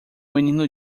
menino